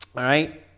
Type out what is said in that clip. alright